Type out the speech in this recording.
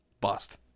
bust